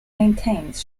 maintains